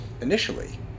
initially